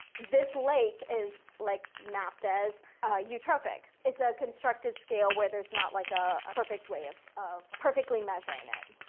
this lake is like mapped as eutrophic. it's a constructed scale where there's not like ah a perfect way of of perfectly measuring it.